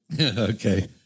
okay